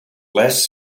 less